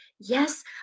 yes